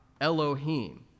Elohim